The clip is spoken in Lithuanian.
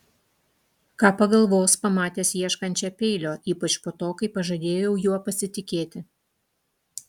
ką pagalvos pamatęs ieškančią peilio ypač po to kai pažadėjau juo pasitikėti